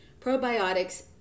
Probiotics